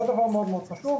זה דבר מאוד חשוב.